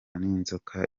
n’inzoka